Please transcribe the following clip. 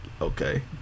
Okay